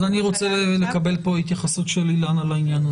אני רוצה לקבל כאן התייחסות של אילנה לעניין הזה.